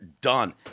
done